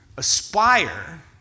Aspire